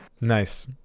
Nice